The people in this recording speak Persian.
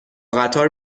قطار